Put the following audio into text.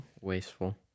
Wasteful